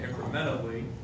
incrementally